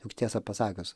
juk tiesą pasakius